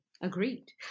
agreed